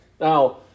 Now